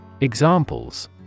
Examples